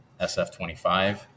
SF25